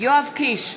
יואב קיש,